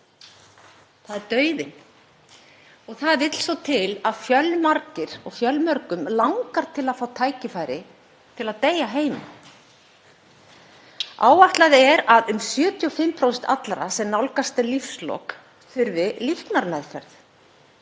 Það er dauðinn. Það vill svo til að fjölmarga langar til að fá tækifæri til að deyja heima. Áætlað er að um 75% allra sem nálgast lífslok þurfi líknarmeðferð.